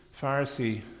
Pharisee